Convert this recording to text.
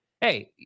Hey